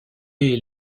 est